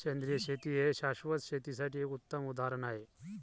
सेंद्रिय शेती हे शाश्वत शेतीसाठी एक उत्तम उदाहरण आहे